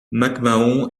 mcmahon